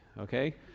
okay